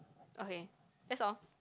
okay that's all